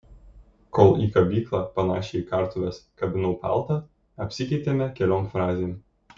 kol į kabyklą panašią į kartuves kabinau paltą apsikeitėme keliom frazėm